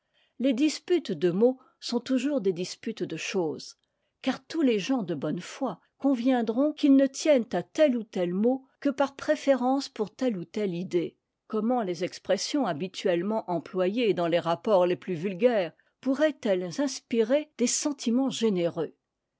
les disputes de mots sont toujours des disputes de choses car tous les gens de bonne foi conviendront qu'ils ne tiennent à tel ou tel mot que par préférence pour telle ou telle idée comment les expressions habituellement employées dans les rapports les plus vulgaires pourraient-elles inspirer des sentiments généreux